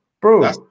bro